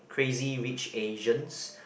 Crazy-Rich-Asians